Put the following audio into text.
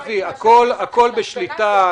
הכול בשליטה.